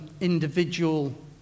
individual